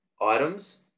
items